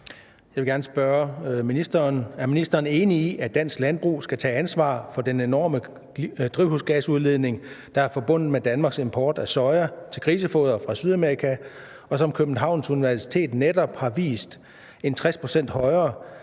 Jeg vil gerne spørge ministeren: Er ministeren enig i, at dansk landbrug skal tage ansvar for den enorme drivhusgasudledning, der er forbundet med Danmarks import af soja til grisefoder fra Sydamerika, og som Københavns Universitet netop har vist er 60 pct. højere